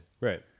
Right